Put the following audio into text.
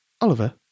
Oliver